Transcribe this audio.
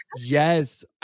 Yes